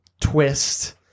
twist